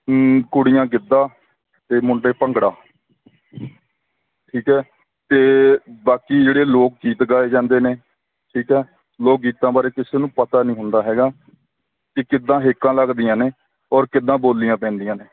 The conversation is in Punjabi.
ਕੁੜੀਆਂ ਗਿੱਧਾ ਅਤੇ ਮੁੰਡੇ ਭੰਗੜਾ ਠੀਕ ਹੈ ਅਤੇ ਬਾਕੀ ਜਿਹੜੇ ਲੋਕ ਗੀਤ ਗਾਏ ਜਾਂਦੇ ਠੀਕ ਹੈ ਲੋਕ ਗੀਤਾਂ ਬਾਰੇ ਕਿਸੇ ਨੂੰ ਪਤਾ ਨਹੀਂ ਹੁੰਦਾ ਹੈਗਾ ਕਿ ਕਿੱਦਾਂ ਹੇਕਾਂ ਲੱਗਦੀਆਂ ਨੇ ਔਰ ਕਿੱਦਾਂ ਬੋਲੀਆਂ ਪੈਂਦੀਆਂ ਨੇ